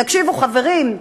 תקשיבו, חברים,